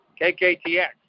KKTX